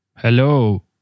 Hello